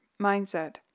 mindset